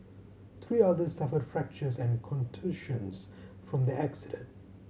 three others suffered fractures and contusions from the accident